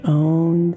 own